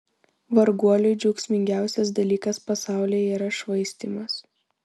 varguoliui džiaugsmingiausias dalykas pasaulyje yra švaistymas